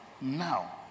now